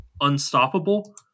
unstoppable